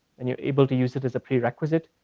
and you're able to use it as a prerequisite,